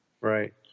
Right